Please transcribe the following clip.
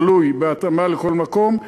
תלוי, בהתאמה לכל מקום,